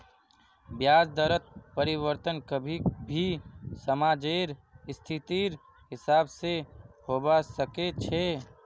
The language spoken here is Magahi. ब्याज दरत परिवर्तन कभी भी समाजेर स्थितिर हिसाब से होबा सके छे